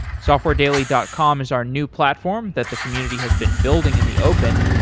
softwaredaily dot com is our new platform that the community has been building in the open.